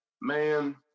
man